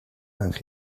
and